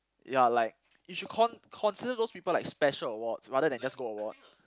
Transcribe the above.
ya like you should con~ consider those people like special awards rather than just gold awards